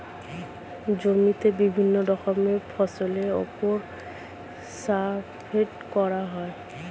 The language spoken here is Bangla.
জমিতে বিভিন্ন রকমের ফসলের উপর সার্ভে করা হয়